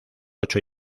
ocho